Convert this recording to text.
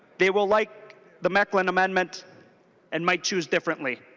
they will like the mekeland amendment and might choose differently.